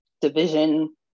division